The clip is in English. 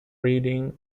reading